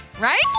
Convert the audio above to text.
right